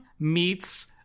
...meets